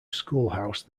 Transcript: schoolhouse